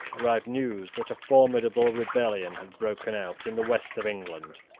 arrived news that a formidable rebellion had broken out in the west of england.